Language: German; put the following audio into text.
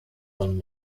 von